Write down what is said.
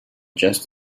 just